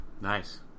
Nice